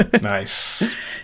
Nice